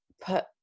put